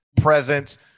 presence